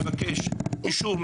מבקש אישור,